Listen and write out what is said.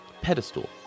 pedestal